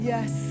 Yes